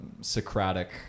Socratic